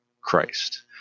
Christ